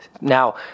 Now